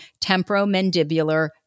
Temporomandibular